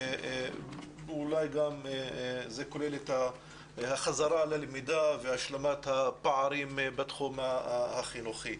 אולי זה גם כולל את החזרה ללמידה והשלמת הפערים בתחום החינוכי.